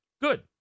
good